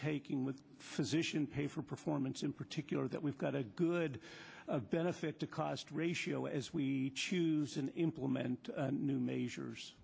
with physician pay for performance in particular that we've got a good benefit to cost ratio as we choose and implement new measures